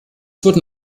wurden